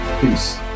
Peace